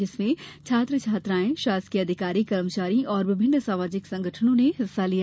जिसमें छात्र छात्राएं शासकीय अधिकारी कर्मचारी और विभिन्न सामाजिक संगठनों ने हिस्सा लिया